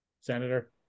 Senator